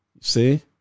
See